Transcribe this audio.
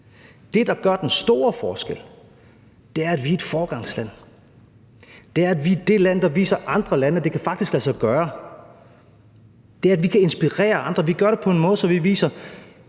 Det, der gør den store forskel, er, at vi er et foregangsland. Det er, at vi er det land, der viser andre lande, at det faktisk kan lade sig gøre. Det er, at vi kan inspirere andre, og at vi gør det på en måde, så vi viser,